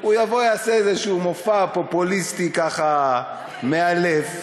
הוא יבוא, יעשה איזה מופע פופוליסטי ככה מאלף,